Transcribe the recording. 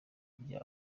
bya